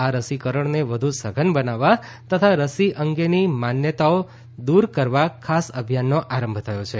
આ રસીકરણને વધુ સઘન બનાવવા તથા રસી અંગેની ગેરમાન્યતાઓ દૂર કરવા ખાસ અભિયાનનો આરંભ થયો છે